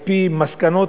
על-פי מסקנות